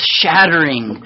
shattering